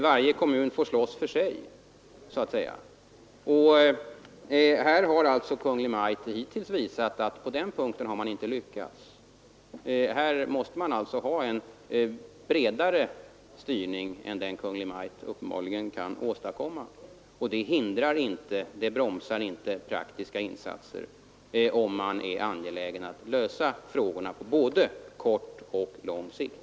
Varje kommun får slåss för sig, och Kungl. Maj:t har alltså hittills visat att man inte lyckas på den punkten. Det behövs en bredare styrning än den Kungl. Maj:t uppenbarligen kan åstadkomma, och det bromsar inte praktiska insatser om man är angelägen om att lösa frågorna på både kort och lång sikt.